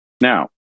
Now